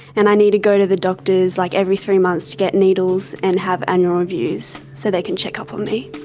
and i need to go to the doctors like every three months to get needles and have annual reviews so they can check up on me.